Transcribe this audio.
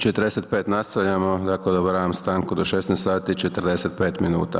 45 nastavljamo, dakle, odobravam stanku do 16 sati i 45 minuta.